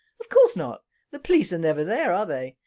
of course not the police are never there are they?